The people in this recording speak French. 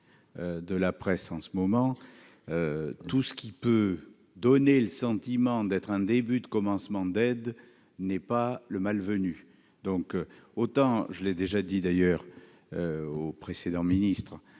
la presse en ce moment, tout ce qui peut donner le sentiment d'être un début de commencement d'aide n'est pas malvenu. Autant, comme je l'ai déjà dit au précédent ministre